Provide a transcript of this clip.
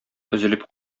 өзелеп